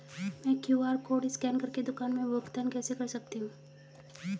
मैं QR code scan कर के दुकान में भुगतान कैसे कर सकती हूँ?